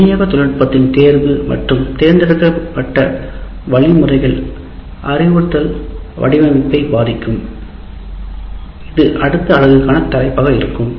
விநியோக தொழில்நுட்பத்தின் தேர்வு மற்றும் தேர்ந்தெடுக்கப்பட்ட வழிமுறைகள் அறிவுறுத்தல் வடிவமைப்பை பாதிக்கும் இது அடுத்த அலகுக்கான தலைப்பாக இருக்கும்